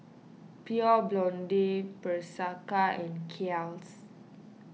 Pure Blonde Bershka and Kiehl's